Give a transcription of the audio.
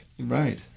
Right